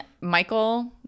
Michael